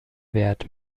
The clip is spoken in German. wert